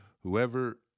Whoever